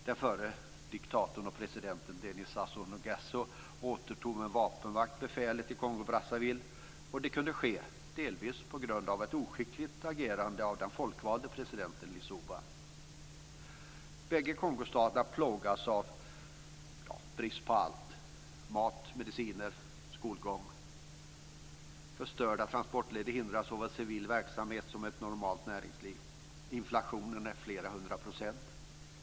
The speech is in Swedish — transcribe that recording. Den förre diktatorn och presidenten Denis Sassou-Nguesso återtog med vapenmakt befälet i Kongo-Brazzaville. Det kunde ske delvis på grund av ett oskickligt agerande av den folkvalde presidenten Lissouba. Bägge Kongostaterna plågas av brist på allt: mat, mediciner, skolgång. Förstörda transportleder hindrar såväl civil verksamhet som ett normalt näringsliv. Inflationen är flera hundra procent.